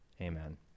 Amen